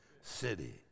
city